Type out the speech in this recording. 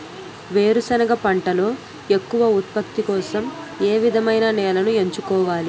వేరుసెనగ పంటలో ఎక్కువ ఉత్పత్తి కోసం ఏ విధమైన నేలను ఎంచుకోవాలి?